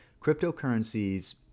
Cryptocurrencies